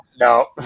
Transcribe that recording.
No